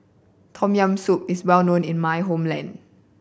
Tom Yam Soup is well known in my homeland